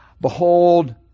Behold